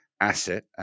asset